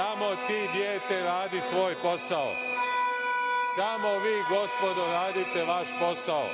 samo ti djete radi svoj posao. Samo vi gospodo radite vaš posao.